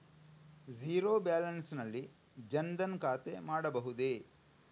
Zero balance ನಲ್ಲಿ ಜನ್ ಧನ್ ಖಾತೆ ಮಾಡಬಹುದೇ?